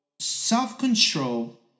self-control